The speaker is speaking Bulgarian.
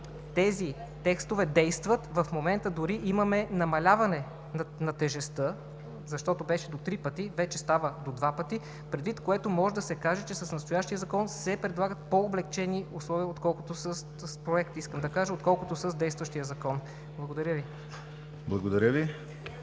тези текстове действат. В момента дори имаме намаляване на тежестта, защото беше до три пъти, вече става до два пъти, предвид което може да се каже, че с настоящия Закон се предлагат по-облекчени проекти, отколкото с действащия Закон. Благодаря Ви. ПРЕДСЕДАТЕЛ